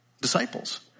disciples